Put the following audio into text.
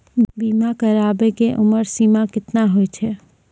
बीमा कराबै के उमर सीमा केतना होय छै?